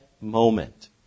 moment